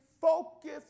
focus